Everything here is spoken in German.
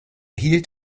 hielt